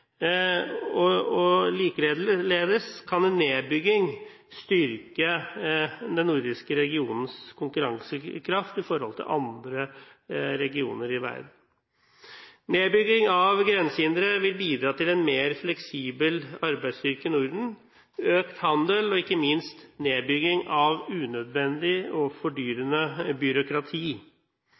kan en nedbygging styrke den nordiske regionens konkurransekraft i forhold til andre regioner i verden. Nedbygging av grensehindre vil bidra til en mer fleksibel arbeidsstyrke i Norden, økt handel og ikke minst nedbygging av unødvendig og fordyrende byråkrati.